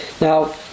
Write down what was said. Now